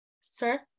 Sir